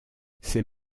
c’est